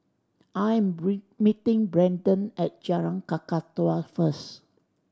I am meeting Brendon at Jalan Kakatua first